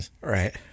Right